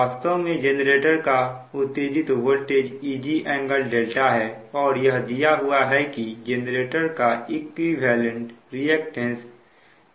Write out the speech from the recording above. वास्तव में जेनरेटर का उत्तेजित वोल्टेज Eg∟δ है और यह दिया हुआ है की जेनरेटर का इक्विवेलेंट रिएक्टेंस 04 pu है